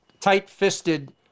tight-fisted